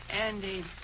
Andy